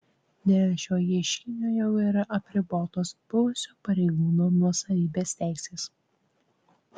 dėl šio ieškinio jau yra apribotos buvusio pareigūno nuosavybės teisės